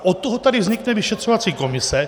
Od toho tady vznikne vyšetřovací komise.